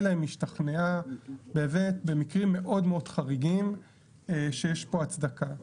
אלא אם השתכנעה במקרים מאוד חריגים שיש פה הצדקה,